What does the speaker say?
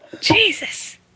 Jesus